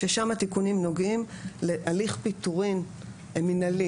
ששם התיקונים נוגעים להליך פיטורים מינהלי